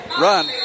run